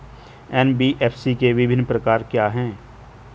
NBFC के विभिन्न प्रकार क्या हैं?